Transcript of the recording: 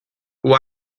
who